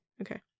Okay